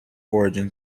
origin